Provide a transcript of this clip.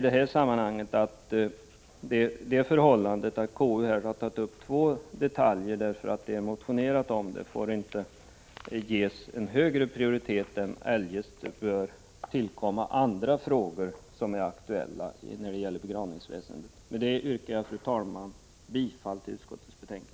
Det förhållandet att konstitutionsutskottet har tagit upp två detaljer därför att det finns motioner om dessa får inte innebära att dessa detaljfrågor ges en högre prioritet än andra frågor som är aktuella i begravningsväsendet. Fru talman! Jag yrkar bifall till utskottets hemställan.